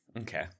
Okay